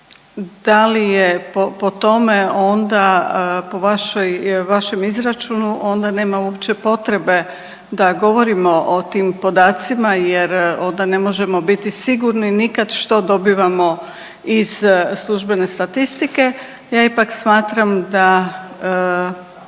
da li je po tome onda po vašoj, vašem izračunu onda nema uopće potrebe da govorimo o tim podacima jer onda ne možemo biti sigurni nikad što dobivamo iz službene statistike. Ja ipak smatram da